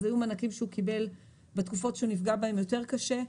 אז היו מענקים שהוא קיבל בתקופות שהוא נפגע בהם יותר קשה,